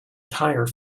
tire